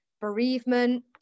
bereavement